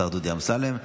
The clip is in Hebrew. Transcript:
השר דודי אמסלם.